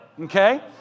okay